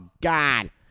God